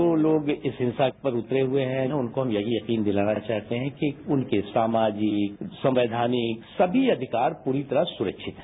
जो लोग इस हिंसा पर उतरे हुए हैं उनको हम यही यकीन दिलाना चाहते हैं कि उनके समाजिक संवैधानिक सभी अधिकार पूरी तरह सुरक्षित है